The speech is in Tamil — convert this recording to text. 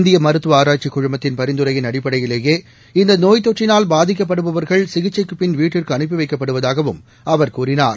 இந்திய மருத்துவ ஆராய்ச்சிக் குழுமத்தின் பரிந்துரையின் அடிப்படையிலேயே இந்த நோய்த்தொற்றினால் பாதிக்கப்படுபவர்கள் சிகிச்சைக்குப் பின் வீட்டிற்கு அனுப்பி வைக்கப்படுவதாகவும் அவர் கூறினார்